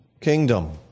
kingdom